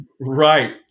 Right